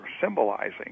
symbolizing